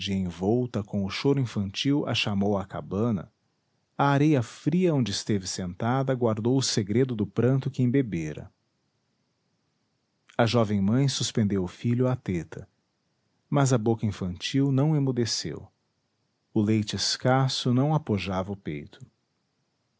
envolta com o choro infantil a chamou à cabana a areia fria onde esteve sentada guardou o segredo do pranto que embebera a jovem mãe suspendeu o filho à teta mas a boca infantil não emudeceu o leite escasso não apojava o peito